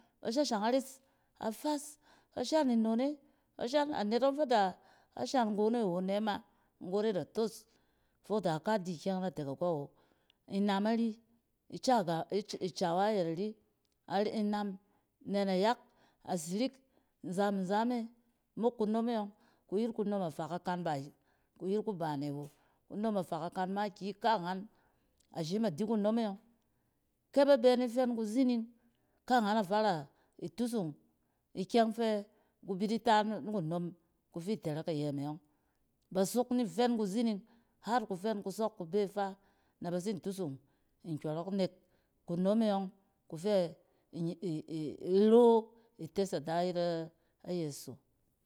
Ba shashang ares afas. ba shan nnone, bashan, anet ͻng fɛ da a shan nggon e awo nɛ ma, nggon e da toos fok da ika di ikyɛng natek agͻ wo. Inam ari, ka-ga-acawa yɛt aria ret inam, nɛ nayak, asirik nzam-nzam e mok kunom e yͻng ku yet kunom afa kakan ba ku yet kubene awo kunom afa kakan makiyi kaangan a shim a di kunom e yͻng. Ke ba bɛ ni fɛn kuzing, kaangan afara itusung ikyɛng fɛ ku bi di ta nikunom ku fi tsrsk iyɛ me yͻng. Ba sok ni kuzining, har kufɛn kusͻk abe faa, na bat sin tusung nkyͻrͻk nek kunom e yͻng ku fɛ iro ites ada yit a yeso.